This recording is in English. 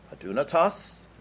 adunatas